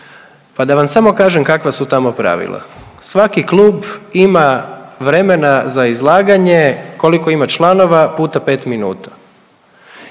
pa da vam samo kažem kakva su tamo pravila. Svaki klub ima vremena za izlaganje koliko ima članova x5 minuta